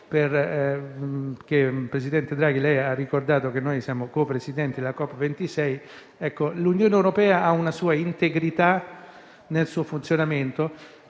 Presidente Draghi, lei ha ricordato che noi siamo co-presidenti della COP26. L'Unione europea ha una sua integrità e una sua coerenza